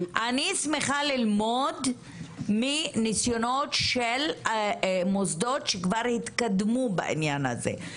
אני שמחה ללמוד מניסיונות של מוסדות שכבר התקדמו בעניין הזה.